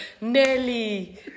Nelly